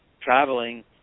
traveling